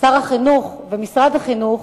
שר החינוך ומשרד החינוך